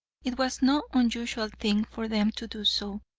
it was no unusual thing for them to do so,